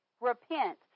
repent